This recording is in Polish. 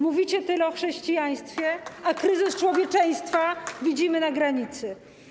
Mówicie tyle o chrześcijaństwie, a kryzys człowieczeństwa widzimy na granicy.